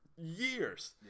Years